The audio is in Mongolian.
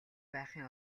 байхын